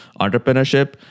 entrepreneurship